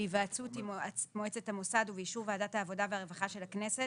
בהיוועצות עם מועצת המוסד ובאישור ועדת העבודה והרווחה של הכנסת